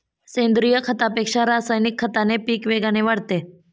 सेंद्रीय खतापेक्षा रासायनिक खताने पीक वेगाने वाढते